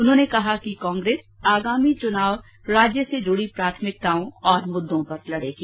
उन्होंने कहा कि कांग्रेस आगामी चुनाव राज्य से जुडी प्राथमिकताओं और मुद्दों पर लड़ेगी